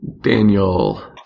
Daniel